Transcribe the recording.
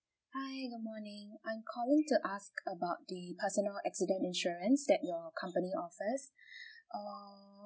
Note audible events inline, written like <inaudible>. hi good morning I'm calling to ask about the personal accident insurance that your company offers <breath> err